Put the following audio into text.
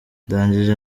ndangije